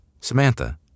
Samantha